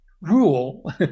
rule